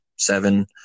seven